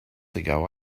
ago